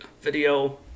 video